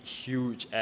huge